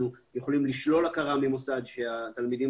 אנחנו יכולים לשלול הכרה ממוסד שהתלמידים